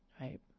Right